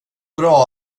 bra